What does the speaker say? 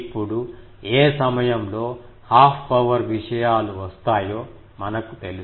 ఇప్పుడు ఏ సమయంలో హాఫ్ పవర్ విషయాలు వస్తాయో మనకు తెలుసు